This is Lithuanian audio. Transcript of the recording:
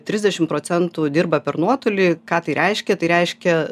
tridešim procemtų dirba per nuotolį ką tai reiškia tai reiškia